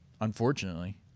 Unfortunately